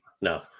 no